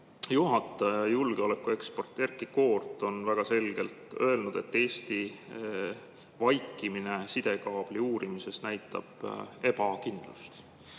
juhataja, julgeolekuekspert Erkki Koort on väga selgelt öelnud, et Eesti vaikimine sidekaabli uurimises näitab ebakindlust